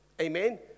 amen